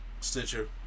Stitcher